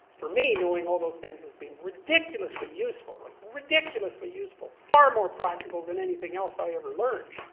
for me, knowing all those things has been ridiculously useful, ridiculously useful. far more practical than anything else i ever learned.